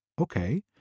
okay